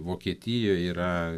vokietijoj yra